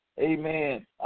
Amen